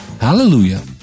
Hallelujah